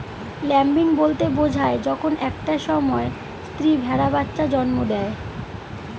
lambing বলতে বোঝায় যখন একটা সময় স্ত্রী ভেড়া বাচ্চা জন্ম দেয়